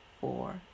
four